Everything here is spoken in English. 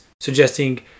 suggesting